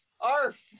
arf